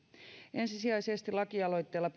ensisijaisesti lakialoitteella